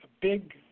big